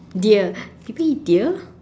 deer people eat deer